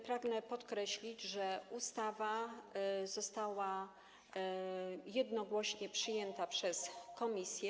Pragnę podkreślić, że ustawa została jednogłośnie przyjęta przez komisję.